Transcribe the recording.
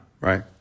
right